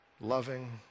loving